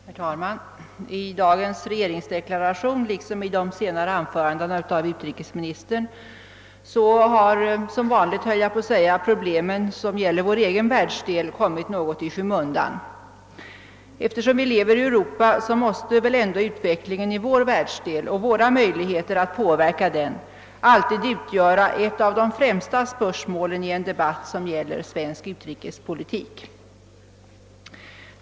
Herr talman! I dagens regeringsdeklaration liksom i de senare anförandena av utrikesministern har — som vanligt, skulle jag vilja säga — de problem som gäller vår egen världsdel kommit något i skymundan. Men eftersom vi lever i Europa måste väl ändå utvecklingen i vår världsdel och våra möjligheter att påverka den alltid utgöra ett av de främsta spörsmålen i en debatt om svensk utrikespolitik.